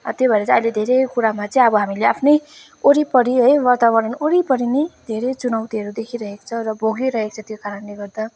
र त्यो भएर चाहिँ अहिले धेरै कुरामा चाहिँ अब हामीले आफ्नै वरिपरि है वातावरण वरिपरि नै धेरै चुनौतीहरू देखिरहेको छौँ र भोगिरहेको छौँ त्यो कारणले गर्दा